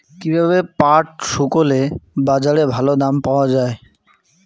কীভাবে পাট শুকোলে বাজারে ভালো দাম পাওয়া য়ায়?